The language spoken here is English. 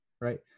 Right